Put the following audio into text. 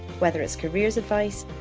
whether it's careers advice,